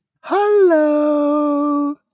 hello